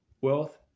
wealth